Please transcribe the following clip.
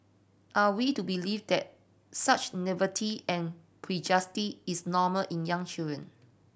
are we to believe that such naivety and is normal in young children